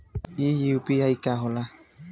ई यू.पी.आई का होला?